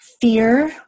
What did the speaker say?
fear